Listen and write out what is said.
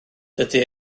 dydy